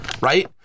right